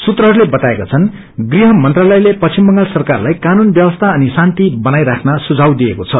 सूत्रहरूले बताएका छन् गृह मंत्रालयले पश्चिम बंगाल सरकारलाई कानून व्यवस्था अनि शान्ति बनाइराख्न सुझाव दिएको छ